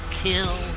kill